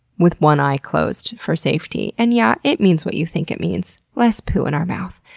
with one eye closed for safety. and, yeah. it means what you think it means. less poo in our mouth.